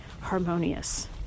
harmonious